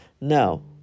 no